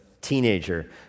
teenager